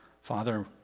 Father